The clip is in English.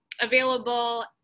available